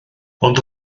ond